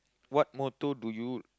what motto do you